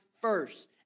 first